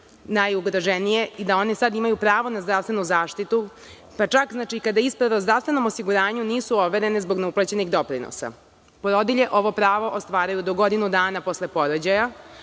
i da one sada imaju pravo na zdravstvenu zaštitu, čak i kada isprave o zdravstvenom osiguranju nisu overene zbog neuplaćenih doprinosa. Porodilje ovo pravo ostvaruju godinu dana posle porođaja,